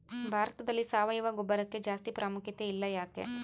ಭಾರತದಲ್ಲಿ ಸಾವಯವ ಗೊಬ್ಬರಕ್ಕೆ ಜಾಸ್ತಿ ಪ್ರಾಮುಖ್ಯತೆ ಇಲ್ಲ ಯಾಕೆ?